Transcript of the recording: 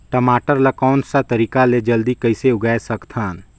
टमाटर ला कोन सा तरीका ले जल्दी कइसे उगाय सकथन?